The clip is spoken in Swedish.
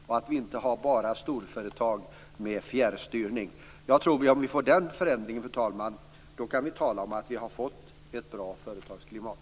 Vi kan inte bara ha storföretag med fjärrstyrning. Fru talman! Om vi får den förändringen tror jag att vi kan tala om att vi har fått ett bra företagsklimat.